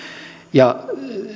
ja